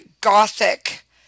gothic